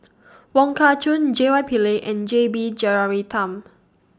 Wong Kah Chun J Y Pillay and J B Jeyaretnam